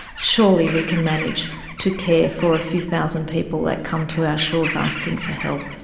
surely we can manage to care for a few thousand people that come to our shores asking for help.